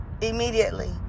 immediately